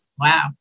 Wow